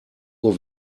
uhr